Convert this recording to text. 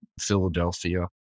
Philadelphia